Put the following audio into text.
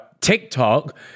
TikTok